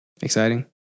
exciting